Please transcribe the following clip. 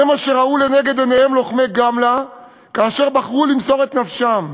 זה מה שראו לנגד עיניהם לוחמי גמלא כאשר בחרו למסור את נפשם.